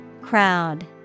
Crowd